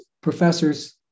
professors